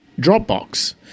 Dropbox